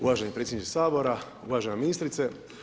Uvaženi predsjedniče Sabora, uvažena ministrice.